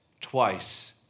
twice